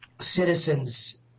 citizens